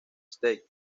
stage